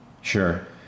Sure